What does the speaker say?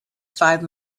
five